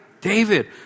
David